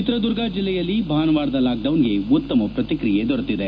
ಚಿತ್ರದುರ್ಗ ಜಿಲ್ಲೆಯಲ್ಲಿ ಭಾನುವಾರದ ಲಾಕ್ಡೌನ್ಗೆ ಉತ್ತಮ ಪ್ರತಿಕ್ರಿಯೆ ದೊರೆತಿದೆ